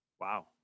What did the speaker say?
Wow